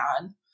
on